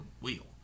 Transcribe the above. wheel